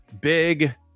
big